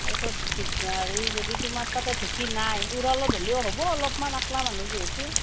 তাৰ পাছত হেৰি যদি তোমাৰ তাতে ঢেঁকী নাই উৰলত হ'লেও হ'ব অলপমান অক্লা মানুহ যিহেতু